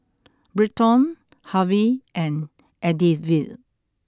Britton Harve and Edythe